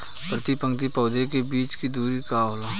प्रति पंक्ति पौधे के बीच के दुरी का होला?